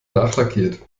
nachlackiert